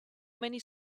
many